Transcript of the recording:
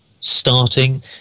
starting